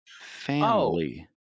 family